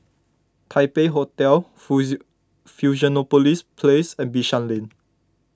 Taipei Hotel Fusionopolis Place and Bishan Lane